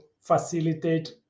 facilitate